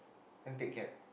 take cab